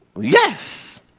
Yes